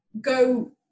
go